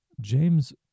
James